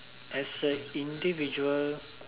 as a individual